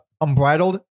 Unbridled